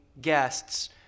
guests